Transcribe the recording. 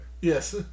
Yes